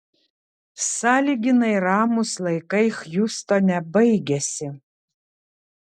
sąlyginai ramūs laikai hjustone baigėsi